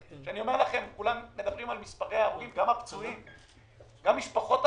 וגם משפחות הפצועים הולכים עכשיו לשנים ארוכות של סבל בל יתואר.